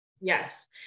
Yes